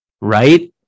right